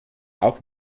auch